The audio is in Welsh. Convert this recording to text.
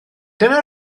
dyna